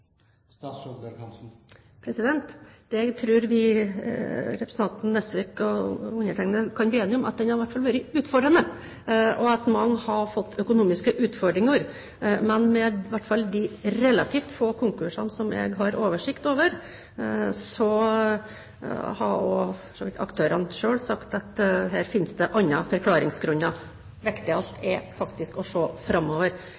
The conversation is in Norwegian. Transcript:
Det jeg tror representanten Nesvik og undertegnede kan bli enige om, er at den i hvert fall har vært veldig utfordrende, og at mange har fått økonomiske utfordringer. Men når det gjelder de relativt få konkursene som jeg har oversikt over, så har for så vidt også aktørene selv sagt at her finnes det andre forklaringsgrunner. Det viktigste er å se framover.